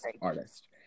artist